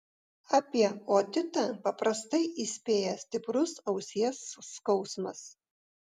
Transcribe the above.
apie otitą paprastai įspėja stiprus ausies skausmas